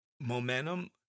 momentum